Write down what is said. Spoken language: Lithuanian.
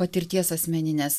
patirties asmeninės